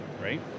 right